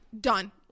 done